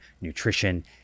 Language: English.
nutrition